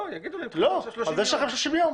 יש 30 ימים.